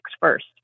first